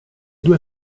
due